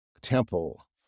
Temple